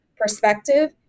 perspective